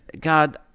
God